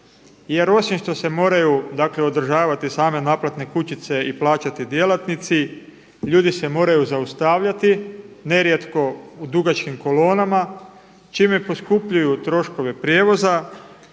jer osim što se moraju dakle održavati same naplatne kućice i plaćati djelatnici ljudi se moraju zaustavljati nerijetko u dugačkim kolonama čime poskupljuju troškove prijevoza